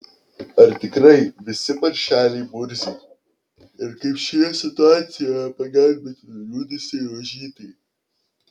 ar tikrai visi paršeliai murziai ir kaip šioje situacijoje pagelbėti nuliūdusiai rožytei